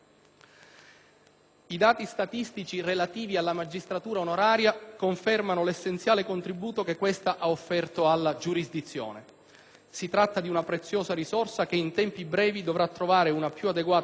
I dati statistici relativi alla magistratura onoraria confermano l'essenziale contributo che questa ha offerto alla giurisdizione. Si tratta di una preziosa risorsa che, in tempi brevi, dovrà trovare una più adeguata collocazione